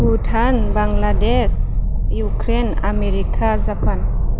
Bhutan Bangladesh Ukraine America Japan